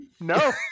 No